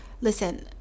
listen